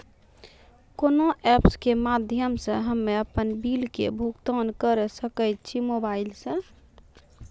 कोना ऐप्स के माध्यम से हम्मे अपन बिल के भुगतान करऽ सके छी मोबाइल से?